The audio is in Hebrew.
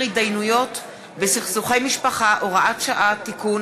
התדיינויות בסכסוכי משפחה (הוראת שעה) (תיקון),